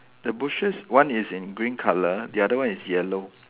the bushes one is in green color the other one is yellow